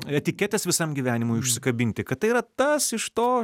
etiketės visam gyvenimui užsikabinti kad tai yra tas iš to